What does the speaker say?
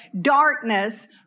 darkness